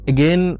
Again